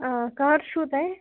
آ کَر چھُو تۄہہِ